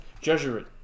Jesuit